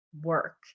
work